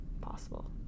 possible